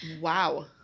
Wow